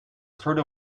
through